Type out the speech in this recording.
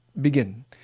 begin